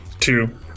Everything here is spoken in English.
two